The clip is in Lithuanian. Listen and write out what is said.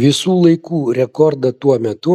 visų laikų rekordą tuo metu